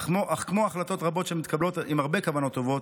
אך כמו החלטות רבות שמתקבלות עם הרבה כוונות טובות,